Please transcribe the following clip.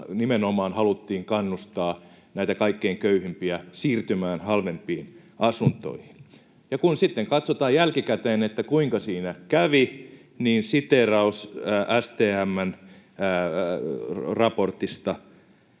nimenomaan haluttiin kannustaa näitä kaikkein köyhimpiä siirtymään halvempiin asuntoihin. Kun sitten katsotaan jälkikäteen, kuinka siinä kävi, niin siteeraus STM:n raportista: